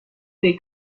dei